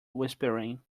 whispering